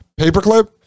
Paperclip